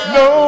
no